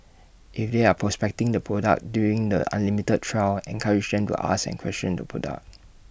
if they are prospecting the product during the unlimited trial encourage them to ask and question the product